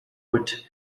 wood